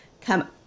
come